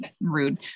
rude